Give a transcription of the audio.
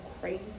crazy